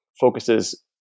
focuses